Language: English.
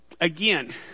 again